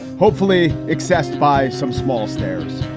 hopefully accessed by some small stares.